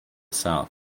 south